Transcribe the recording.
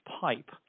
pipe